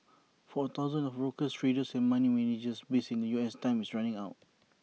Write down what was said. for thousands of brokers traders and money managers based in the U S time is running out